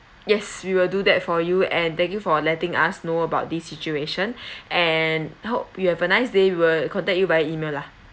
yes we will do that for you and thank you for letting us know about this situation and hope you have a nice day we will contact you by email lah